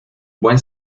buen